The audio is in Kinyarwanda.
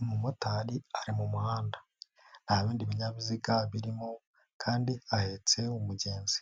Umumotari ari mu muhanda nta bindi binyabiziga birimo, kandi ahetse umugenzi.